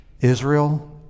Israel